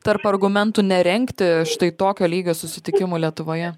tarp argumentų nerengti štai tokio lygio susitikimų lietuvoje